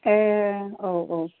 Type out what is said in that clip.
ए औ औ